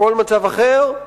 בכל מצב אחר,